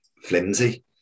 flimsy